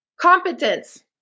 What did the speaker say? Competence